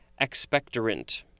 expectorant